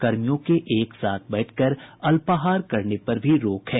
कर्मियों के एक साथ बैठकर अल्पाहार करने पर भी रोक है